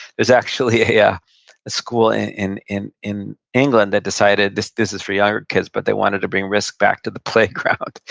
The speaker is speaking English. there's actually a yeah school and in in england that decided this this is for younger kids, but they wanted to bring risk back to the playground.